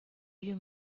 you